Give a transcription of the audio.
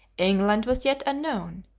england was yet unknown,